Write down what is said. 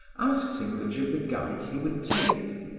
asked him which of the guides he would take.